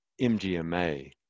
MGMA